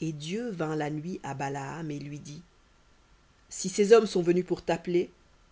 et dieu vint la nuit à balaam et lui dit si ces hommes sont venus pour t'appeler